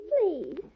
please